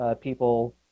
people